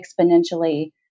exponentially